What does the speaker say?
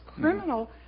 criminal